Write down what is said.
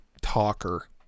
talker